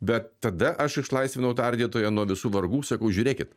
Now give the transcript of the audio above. bet tada aš išlaisvinau tardytoją nuo visų vargų sakau žiūrėkit